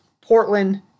Portland